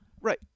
Right